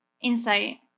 Insight